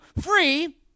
free